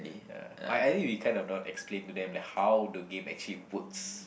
ya I I think we kinda not explain to them like how the games actually works